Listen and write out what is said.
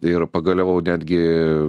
ir pagaliau netgi